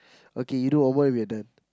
okay you do one more and we're done